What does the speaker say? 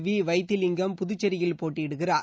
we Vaithilingam புதுச்சேரியில் போட்டியிடுகிறார்